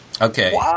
Okay